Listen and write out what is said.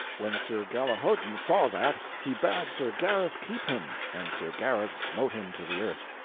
when sir galihodin saw that, he bad sir gareth keep him, and sir gareth smote him to the earth.